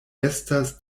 estas